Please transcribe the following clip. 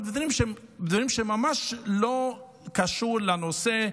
אבל דברים שהם ממש לא קשורים לנושא.